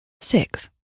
six